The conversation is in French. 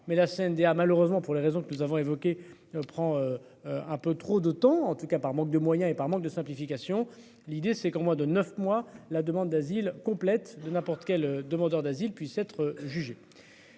mais la CNDA malheureusement pour les raisons que nous avons évoqués prend. Un peu trop de temps, en tout cas par manque de moyens et par manque de simplification. L'idée c'est qu'au mois de 9 mois. La demande d'asile complète de n'importe quel demandeur d'asile puissent être jugés.